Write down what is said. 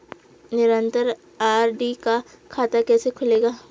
निरन्तर आर.डी का खाता कैसे खुलेगा?